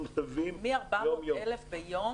מ-400,000 ביום?